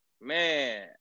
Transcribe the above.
Man